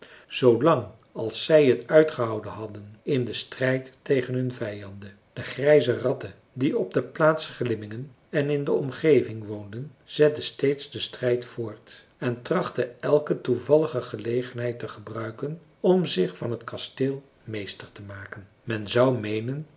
als zij het uitgehouden hadden in den strijd tegen hun vijanden de grijze ratten die op de plaats glimmingen en in de omgeving woonden zetten steeds den strijd voort en trachtten elke toevallige gelegenheid te gebruiken om zich van het kasteel meester te maken men zou meenen